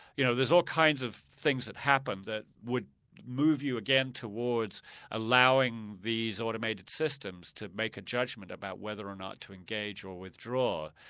you know there's all kinds of things that happen that would move you again towards allowing these automated systems to make a judgment about whether or not to engage or withdraw.